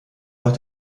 nach